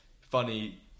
funny